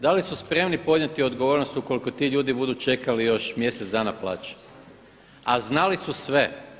Da li su spremni podnijeti odgovornost ukoliko ti ljudi budu čekali još mjesec dana plaće, a znali su sve.